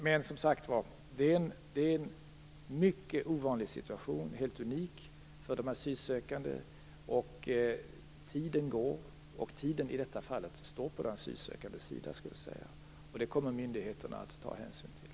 Men, som sagt var, det är en mycket ovanlig situation - den är helt unik - för de asylsökande, och tiden går. Men tiden står i detta fall på de asylsökandes sida, och det kommer myndigheterna att ta hänsyn till.